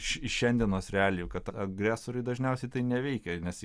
iš šiandienos realijų kad agresoriui dažniausiai tai neveikia nes